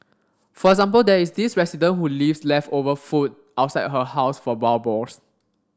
for example there is this resident who leaves leftover food outside her house for wild boars